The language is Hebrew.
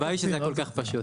הלוואי שזה היה כל כך פשוט.